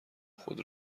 خود